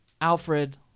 Alfred